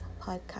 podcast